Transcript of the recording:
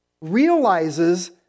realizes